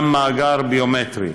גם מאגר ביומטרי.